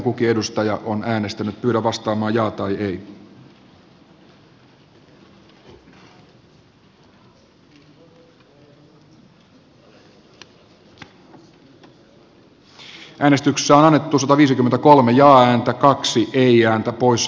pääministeri katainen on vakuuttanut eduskunnassa että on absoluuttinen fakta ettei ratkaisuun vaikutettu poliittisesti